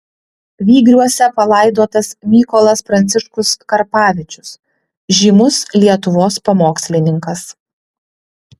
vygriuose palaidotas mykolas pranciškus karpavičius žymus lietuvos pamokslininkas